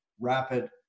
rapid